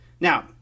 Now